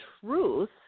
truth